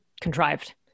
contrived